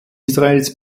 israels